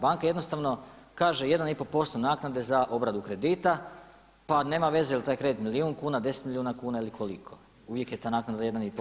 Banka jednostavno kaže 1,5% naknade za obradu kredita pa nema veze je li taj kredit milijun kuna, 10 milijuna kuna ili koliko, uvijek je ta naknada 1,5%